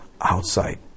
outside